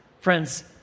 Friends